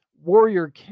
warrior